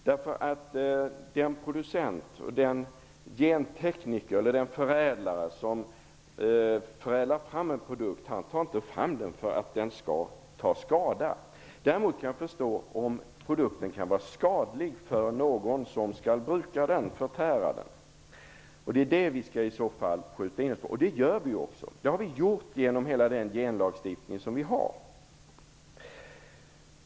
Den producent, den gentekniker eller den förädlare som förädlar fram en produkt gör inte det för att den skall ta skada. Däremot kan produkten vara skadlig för någon som skall bruka den, förtära den. Det är i så fall det som vi skall skjuta in oss på, och det gör vi ju också. Det har vi gjort genom hela den genlagstiftning som vi har.